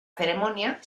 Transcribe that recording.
ceremonia